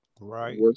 right